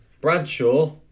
Bradshaw